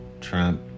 Trump